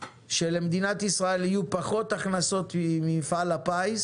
שלמדינת ישראל יהיו פחות הכנסות ממפעל הפיס